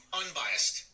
unbiased